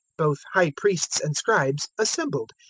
both high priests and scribes, assembled.